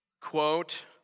Quote